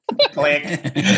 click